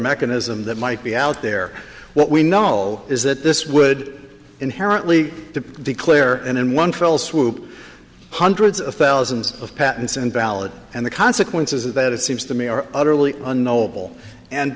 mechanism that might be out there what we know is that this would inherently to be clear and in one fell swoop hundreds of thousands of patents invalid and the consequences that it seems to me are utterly